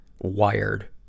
wired